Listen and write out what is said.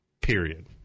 period